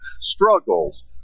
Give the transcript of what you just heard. struggles